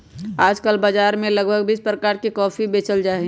आजकल बाजार में लगभग बीस प्रकार के कॉफी बेचल जाहई